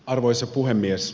arvoisa puhemies